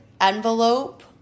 envelope